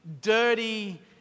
dirty